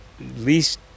least